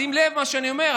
שים לב למה שאני אומר,